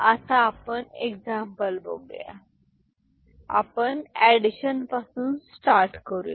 आता आपण एक्झाम्पल बघूया आपण एडिशन पासून स्टार्ट करूया